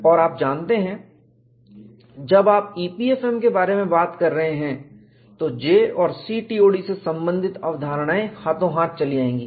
और आप जानते हैं जब आप EPFM बारे में बात कर रहे हैं तो J और CTOD से संबंधित अवधारणाएं हाथों हाथ चली आएंगी